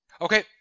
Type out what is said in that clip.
Okay